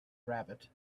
rabbit